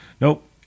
Nope